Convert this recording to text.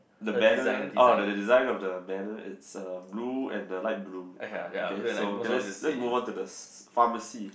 the banner oh the the the design of the banner it's uh blue and the light blue okay so let's let's move on to the s~ s~ pharmacy